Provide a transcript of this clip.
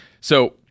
So-